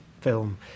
film